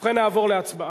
ובכן, נעבור להצבעה.